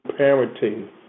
parenting